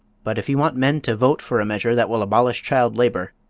but if you want men to vote for a measure that will abolish child labor,